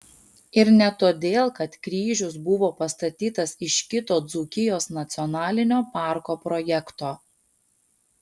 ir ne todėl kad kryžius buvo pastatytas iš kito dzūkijos nacionalinio parko projekto